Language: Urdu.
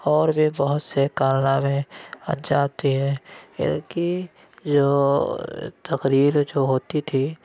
اور بھی بہت سے کارنامے انجام دیے اِن کی جو تقریر جو ہوتی تھی